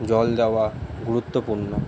জল দেওয়া গুরুত্বপূর্ণ